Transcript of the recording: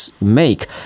make